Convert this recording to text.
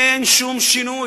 אין שום שינוי.